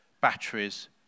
batteries